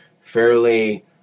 fairly